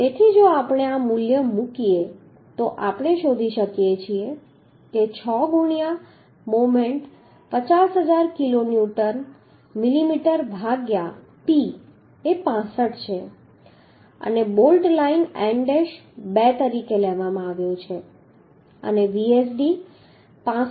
તેથી જો આપણે આ મૂલ્ય મૂકીએ તો આપણે શોધી શકીએ છીએ કે 6 ગુણ્યાં મોમેન્ટ 50000 કિલોન્યુટન મિલીમીટર ભાગ્યા p એ 65 છે અને બોલ્ટ લાઇન n ડેશ 2 તરીકે લેવામાં આવ્યો છે અને Vsd 65